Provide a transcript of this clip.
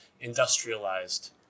industrialized